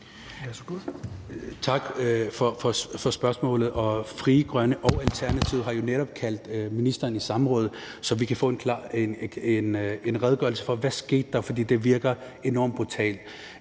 Tak for spørgsmålet. Frie Grønne og Alternativet har jo netop kaldt ministeren i samråd, så vi kan få en redegørelse for, hvad der skete, for det virker enormt brutalt.